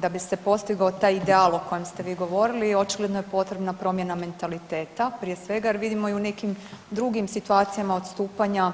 Da bi se postigao taj ideal o kojem ste vi govorili očigledno je potrebna promjena mentaliteta prije svega jer vidimo u nekim drugim situacijama odstupanja